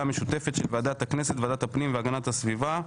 משותפת של ועדת הכנסת וועדת הפנים והגנת הסביבה.